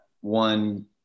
one